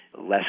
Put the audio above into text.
less